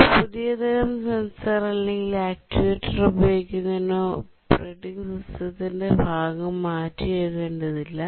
ഒരു പുതിയ തരം സെൻസർ അല്ലെങ്കിൽ ആക്യുവേറ്റർ ഉപയോഗിക്കുന്നത് ഓപ്പറേറ്റിംഗ് സിസ്റ്റത്തിന്റെ ഭാഗം മാറ്റിയെഴുതേണ്ടതില്ല